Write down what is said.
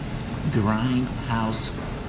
Grindhouse